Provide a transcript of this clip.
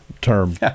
term